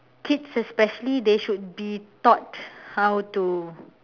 kids especially they should be taught how to